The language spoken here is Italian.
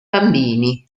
bambini